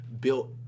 built